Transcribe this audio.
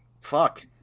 fuck